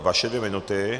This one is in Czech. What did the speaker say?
Vaše dvě minuty.